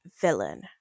villain